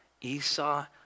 Esau